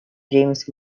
james